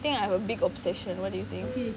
I think I have a big obsession what do you think